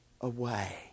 away